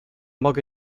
mogę